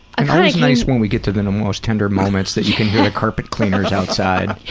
ah always nice when we get to the and most tender moments that you can hear the carpet cleaners outside.